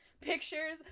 pictures